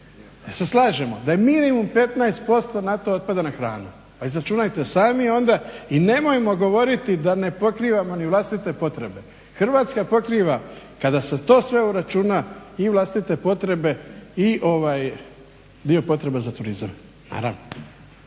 se slažemo da je minimum 15% na to otpada na hranu? Izračunajte sami onda i nemojmo govoriti da ne pokrivamo ni vlastite potrebe. Hrvatska pokriva, kada se to sve uračuna i vlastite potrebe i dio potreba za turizam, naravno.